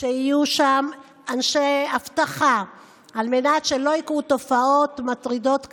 שיהיו שם אנשי אבטחה על מנת שלא יקרו תופעות מטרידות כאלה.